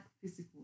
physical